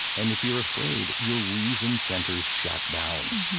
and if you're afraid, your reason centers shut down.